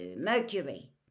Mercury